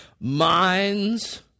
minds